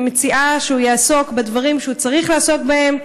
אני מציעה שהוא יעסוק בדברים שהוא צריך לעסוק בהם,